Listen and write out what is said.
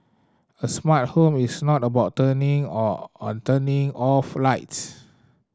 a smart home is not about turning on and turning off lights